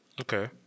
Okay